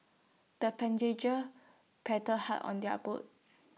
the paddled hard on their boat